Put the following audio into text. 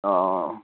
অঁ অঁ